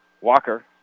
Walker